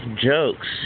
jokes